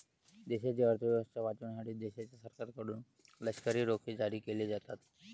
देशाची अर्थ व्यवस्था वाचवण्यासाठी देशाच्या सरकारकडून लष्करी रोखे जारी केले जातात